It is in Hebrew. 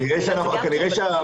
אולי זה גם קשור.